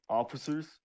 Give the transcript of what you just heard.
officers